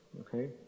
Okay